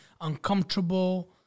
uncomfortable